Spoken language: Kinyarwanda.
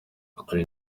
hari